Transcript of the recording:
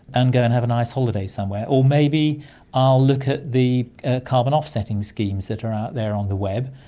and go and have a nice holiday somewhere. or maybe i'll look at the carbon offsetting schemes that are out there on the web,